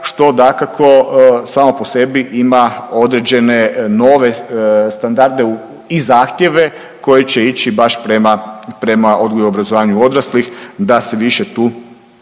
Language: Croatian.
što dakako samo po sebi ima određene nove standarde i zahtjeve koji će ići baš prema odgoju i obrazovanju odraslih da se više tu